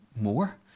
more